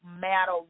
matter